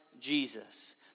Jesus